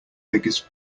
biggest